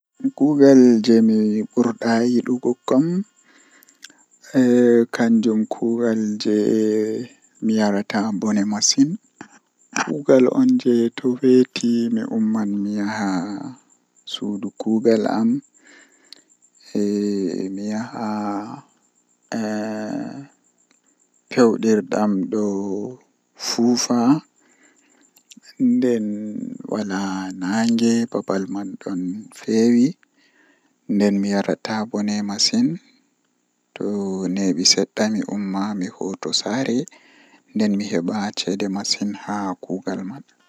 Ndikka mi laatake koomoi andi am haami yahi fuu himbe toran laara am be hoosa footooji ba am bedon yidi haala am mi naftiran be man bo ngam mi tefa ceede.